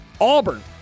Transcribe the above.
Auburn